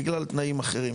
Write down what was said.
בגלל תנאים אחרים.